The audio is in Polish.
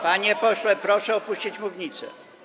Panie pośle, proszę opuścić mównicę.